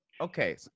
Okay